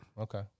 Okay